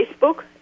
facebook